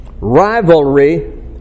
Rivalry